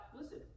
listen